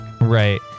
right